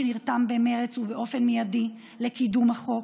שנרתם במרץ באופן מיידי לקידום החוק.